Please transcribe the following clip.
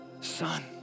son